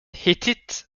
hittite